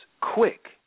Quick